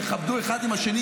יכבדו אחד את השני,